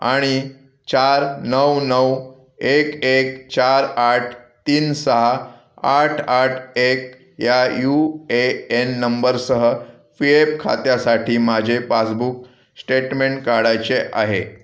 आणि चार नऊ नऊ एक चार आठ तीन सहा आठ आठ एक या यू एन नंबरसह पी एफ खात्यासाठी माझे पासबुक स्टेटमेंट काढायचे आहे